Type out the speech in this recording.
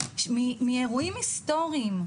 מאירועים היסטוריים,